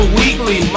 weekly